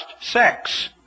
sex